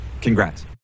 Congrats